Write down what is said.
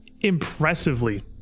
impressively